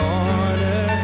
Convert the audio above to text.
Corner